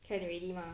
can already mah